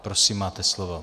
Prosím, máte slovo.